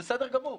בסדר גמור,